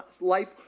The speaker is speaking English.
life